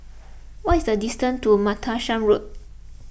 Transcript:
what is the distance to Martlesham Road